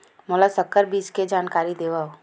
मोला संकर बीज के जानकारी देवो?